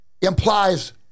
implies